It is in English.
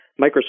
Microsoft